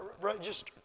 register